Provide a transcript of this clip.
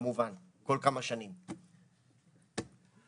וכמובן, כל כמה שנים אני מקבל מכתבי איומים.